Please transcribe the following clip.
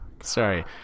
Sorry